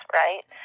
right